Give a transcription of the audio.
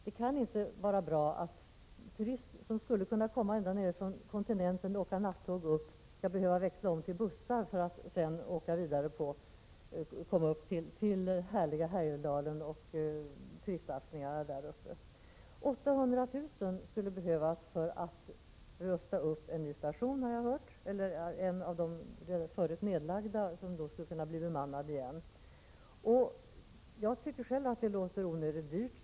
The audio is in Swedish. Det kan inte vara bra att turister som skulle kunna komma ända från kontinenten och åka nattåg upp skall behöva växla om till bussar för att sedan åka vidare till härliga Härjedalen och turistsatsningarna däruppe. 800 000 kr. skulle behövas för att rusta upp en av de nedlagda stationerna som därmed skulle kunna bli bemannad igen, har jag hört. Jag tycker själv att det låter onödigt dyrt.